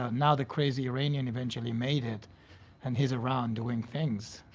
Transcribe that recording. ah now the crazy iranian eventually made it and he's around doing things.